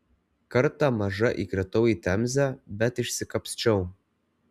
kartą maža įkritau į temzę bet išsikapsčiau